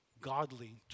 godly